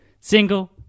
Single